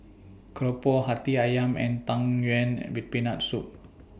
Keropok Hati Ayam and Tang Yuen with Peanut Soup